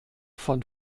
von